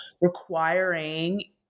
requiring